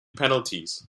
penalties